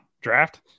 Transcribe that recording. Draft